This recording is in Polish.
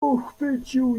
pochwycił